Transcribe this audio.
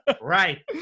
Right